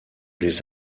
les